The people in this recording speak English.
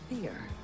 fear